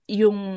yung